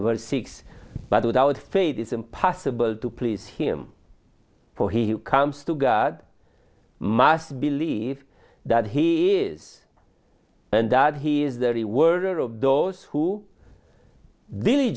verse six but without faith it's impossible to please him for he comes to god must believe that he is and that he is very worried of those who really